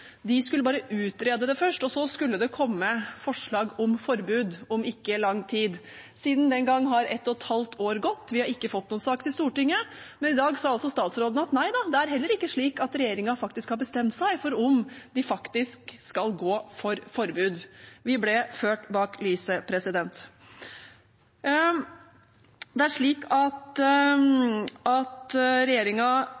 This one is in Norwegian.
De skulle bare utrede det først, og så skulle det komme forslag om forbud om ikke lang tid. Siden den gang har et og et halvt år gått, vi har ikke fått noen sak til Stortinget, men i dag sa altså statsråden: Nei, det er heller ikke slik at regjeringen har bestemt seg for om de faktisk skal gå for forbud. Vi ble ført bak lyset. Regjeringen er